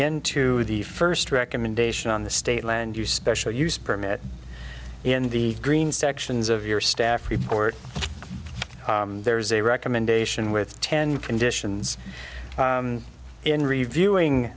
into the first recommendation on the state land use special use permit in the green sections of your staff report there is a recommendation with ten conditions in reviewing